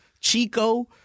Chico